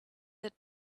that